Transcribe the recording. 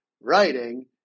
writing